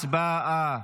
הצבעה.